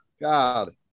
God